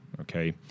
Okay